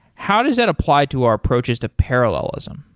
how does that apply to our approaches to parallelism?